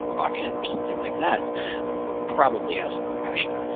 rocket or something like that probably hasn't crashed.